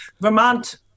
Vermont